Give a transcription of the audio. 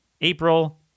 April